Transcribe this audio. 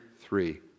three